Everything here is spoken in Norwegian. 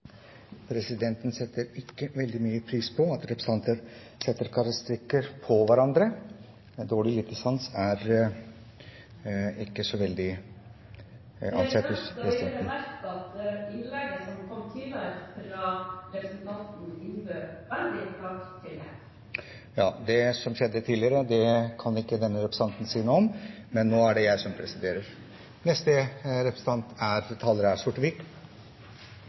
Presidenten setter ikke veldig mye pris på at representantene setter karakteristikker på hverandre – «dårlig luktesans» er ikke så veldig god karakteristikk. Da vil jeg bemerke at innlegget fra representanten innbød veldig klart til det. Det som skjedde tidligere, kan ikke denne representanten si noe om, men nå er det jeg som